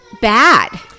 bad